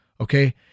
Okay